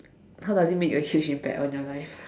how does it make a huge impact on your life